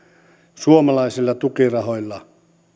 suomalaisilla tukirahoilla